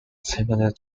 similar